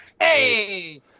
Hey